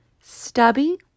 Stubby